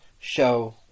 show